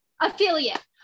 Affiliate